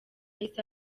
yahise